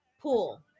Pool